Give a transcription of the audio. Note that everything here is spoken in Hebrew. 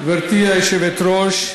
גברתי היושבת-ראש,